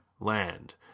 land